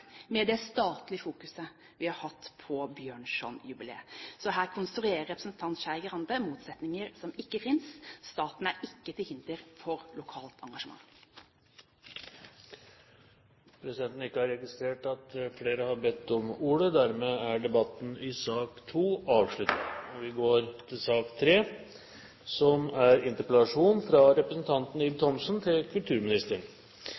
med det statlige fokuset vi har hatt på Bjørnson-jubileet. Så her konstruerer Skei Grande motsetninger som ikke finnes. Staten er ikke til hinder for lokalt engasjement. Flere har ikke bedt om ordet til sak nr. 2. Jeg kan ikke si at vi opplever noen ydmyk statsråd i dag. Men etter en mannsalder og to–tre arkitektkonkurranser er kortene kastet og kabalen for museene i Oslo lagt, men langt fra